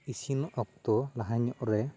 ᱤᱥᱤᱱᱚᱜ ᱚᱠᱛᱚ ᱞᱟᱦᱟ ᱧᱚᱜ ᱨᱮ